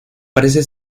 parece